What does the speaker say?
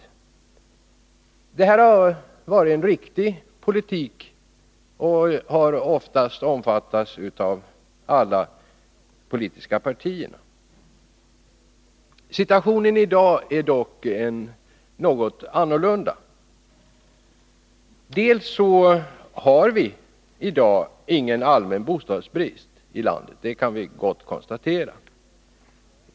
Detta har varit en riktig politik, och den har oftast omfattats av alla politiska partier. Situationen i dag är dock något annorlunda. Dels har vi i dag ingen allmän bostadsbrist i landet — det kan vi gott konstatera.